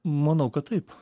manau kad taip